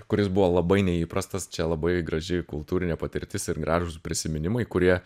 kuris buvo labai neįprastas čia labai graži kultūrinė patirtis ir gražūs prisiminimai kurie